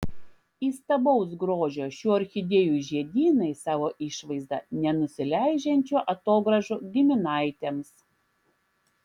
įstabaus grožio šių orchidėjų žiedynai savo išvaizda nenusileidžiančių atogrąžų giminaitėms